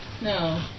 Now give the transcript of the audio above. No